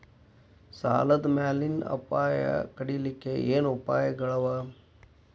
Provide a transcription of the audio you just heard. ಸಾಲದ್ ಮ್ಯಾಲಿನ್ ಅಪಾಯ ತಡಿಲಿಕ್ಕೆ ಏನ್ ಉಪಾಯ್ಗಳವ?